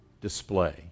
display